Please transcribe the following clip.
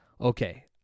Okay